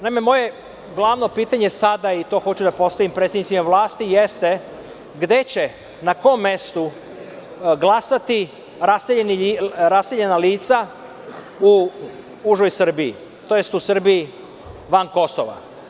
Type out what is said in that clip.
Naime, moje glavno pitanje sada, i to hoću da postavim predstavnicima vlasti, jeste – gde će, na kom mestu glasati raseljena lica u užoj Srbiji, tj. u Srbiji van Kosova?